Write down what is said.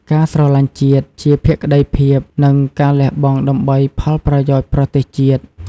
ការស្រឡាញ់ជាតិជា ភក្ដីភាព និងការលះបង់ដើម្បីផលប្រយោជន៍ប្រទេសជាតិ។